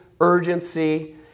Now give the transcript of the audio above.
urgency